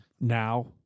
Now